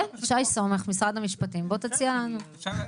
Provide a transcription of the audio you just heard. כן, שי סומך ממשרד המשפטים בוא תציע לנו.